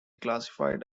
classified